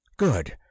Good